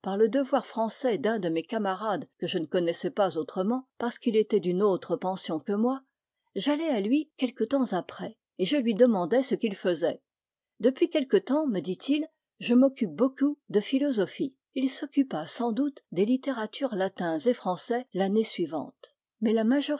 le devoir français d'un de mes camarades que je ne connaissais pas autrement parce qu'il était d'une autre pension que moi j'allai à lui quelque temps après et je lui demandai ce qu'il faisait depuis quelque temps me dit-il je m'occupe beaucoup de philosophie il s'occupa sans doute des littérateurs latins et français l'année suivante mais la